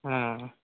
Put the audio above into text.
ह्म्म